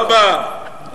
ברוך הבא.